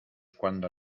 cuando